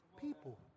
People